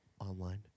online